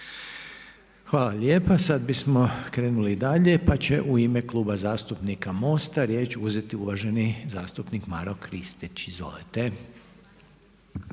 Hvala lijepa. Sada bismo krenuli dalje. Pa će u ime Kluba zastupnika MOST-a riječ uzeti uvaženi zastupnik Maro Kristić. Izvolite.